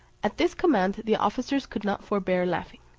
at this command the officers could not forbear laughing.